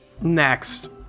Next